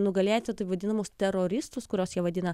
nugalėti taip vadinamus teroristus kuriuos jie vadina